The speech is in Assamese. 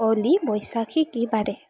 অ'লি বৈশাখী কি বাৰে